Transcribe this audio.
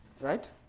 Right